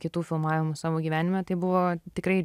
kitų filmavimų savo gyvenime tai buvo tikrai